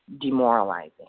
Demoralizing